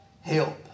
help